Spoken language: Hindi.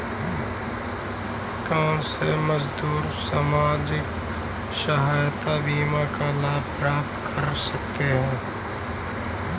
कौनसे मजदूर सामाजिक सहायता बीमा का लाभ प्राप्त कर सकते हैं?